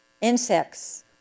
Insects